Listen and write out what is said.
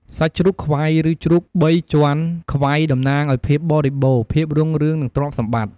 សាច់ជ្រូកខ្វៃ ឬជ្រូកបីជាន់ខ្វៃ តំណាងឱ្យភាពបរិបូរណ៍ ភាពរុងរឿង និងទ្រព្យសម្បត្តិ។